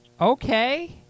Okay